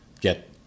get